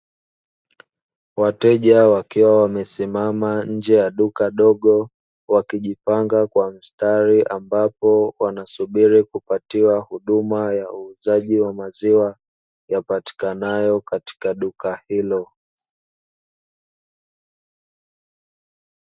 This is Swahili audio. Wateja wakiwa wamesimama nje ya duka dogo, wakijipanga kwa mstari ambapo wanasubiri kupatiwa huduma ya uuzaji wa maziwa, yapatikanayo katika duka hilo.